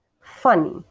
funny